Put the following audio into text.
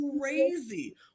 crazy